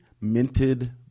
minted